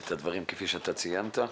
את הדברים כפי שאתה ציינת.